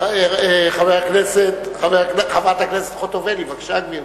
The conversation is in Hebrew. חברת הכנסת חוטובלי, בבקשה, גברתי.